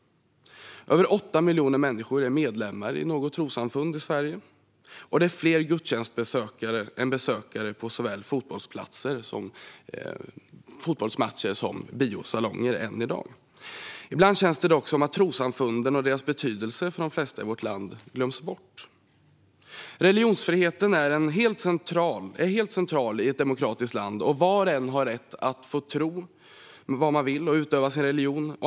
Över 8 miljoner människor i Sverige är medlemmar i något trossamfund, och det finns än i dag fler gudstjänstbesökare än besökare såväl på fotbollsmatcher som i biosalonger. Ibland känns det dock som om trossamfunden och deras betydelse för de flesta i vårt land glöms bort. Religionsfriheten är helt central i ett demokratiskt land, och var och en har rätt att få tro vad man vill och utöva sin religion.